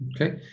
Okay